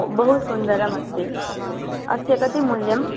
बहुसुन्दरम् अस्ति अस्य कति मूल्यं